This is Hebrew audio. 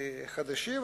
חדשים,